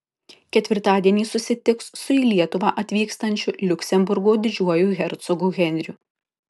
ketvirtadienį susitiks su į lietuvą atvykstančiu liuksemburgo didžiuoju hercogu henriu